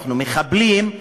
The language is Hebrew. אנחנו מחבלים,